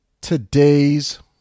Today's